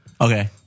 Okay